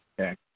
Okay